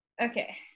Okay